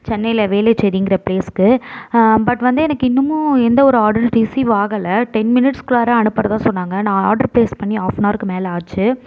சென்னையில் வேளச்சேரிங்கிற பிளேஸுக்கு பட் வந்து எனக்கு இன்னும் எந்த ஒரு ஆர்டரும் ரிசீவ் ஆகலை டென் மினிட்ஸ்குள்ளார அனுப்புகிறதா சொன்னாங்க நான் ஆர்டர் ப்ளேஸ் பண்ணி ஆஃப் அன் ஹவருக்கு மேல் ஆச்சு